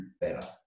better